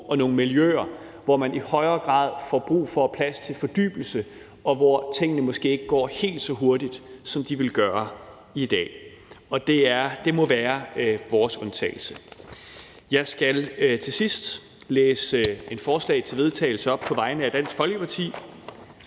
og nogle miljøer, hvor man i højere grad har plads til fordybelse, og hvor tingene måske ikke går helt så hurtigt, som de gør i dag. Det må være vores undtagelse. Jeg skal til sidst læse et forslag til vedtagelse op på vegne af Dansk Folkeparti,